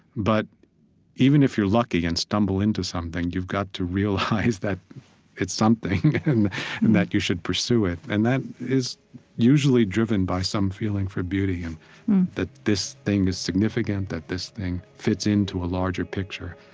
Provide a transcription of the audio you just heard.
but even if you're lucky and stumble into something, you've got to realize that it's something and and that you should pursue it. and that is usually driven by some feeling for beauty and that this thing is significant, that this thing fits into a larger picture.